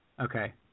Okay